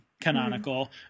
canonical